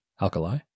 Alkali